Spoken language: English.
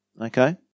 Okay